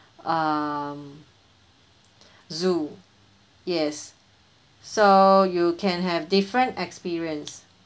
um zoo yes so you can have different experience